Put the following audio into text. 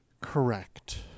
Correct